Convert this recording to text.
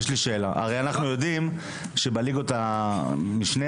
אנחנו יודעים שבליגות המשנה,